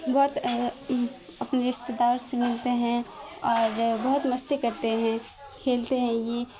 بہت اپنے رشتے دار سے ملتے ہیں اور بہت مستی کرتے ہیں کھیلتے ہیں یہ